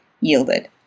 yielded